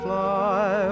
Fly